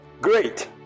Great